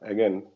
Again